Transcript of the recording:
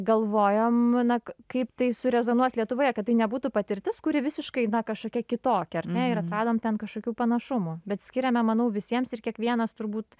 galvojom na k kaip tai surezonuos lietuvoje kad tai nebūtų patirtis kuri visiškai na kažkokia kitokia ar ne ir atradom ten kažkokių panašumų bet skiriame manau visiems ir kiekvienas turbūt